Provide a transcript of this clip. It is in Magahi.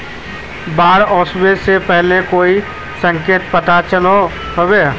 बाढ़ ओसबा से पहले कोई संकेत पता चलो होबे?